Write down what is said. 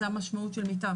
זה המשמעות של מיטה,